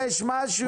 יש משהו?